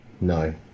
No